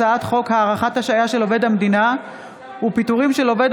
הצעת חוק הארכת השעיה של עובד המדינה ופיטורים של עובד